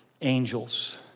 angels